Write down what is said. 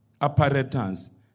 apparatus